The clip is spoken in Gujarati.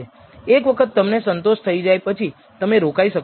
એક વખત તમને સંતોષ થઇ જાય પછી તમે રોકાઈ શકો છો